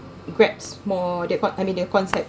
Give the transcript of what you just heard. grasps more the what I mean the concept